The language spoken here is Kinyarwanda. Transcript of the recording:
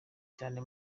cyane